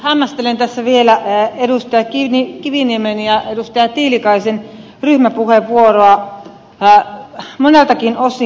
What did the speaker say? hämmästelen tässä vielä edustaja kiviniemen ja edustaja tiilikaisen ryhmäpuheenvuoroa moneltakin osin